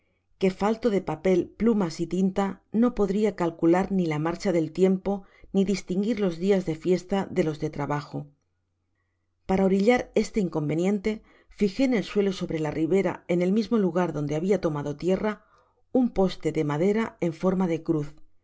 que falto de papel plumas y tinta no podria calcular ni la marcha del tiempo ni distinguir los dias de fiesta de los de trabajo para orillar este inconveniente fijé en el suelo sobre la ribera en el mismo lugar donde habia tomado tierra un poste de madera en forma de cruz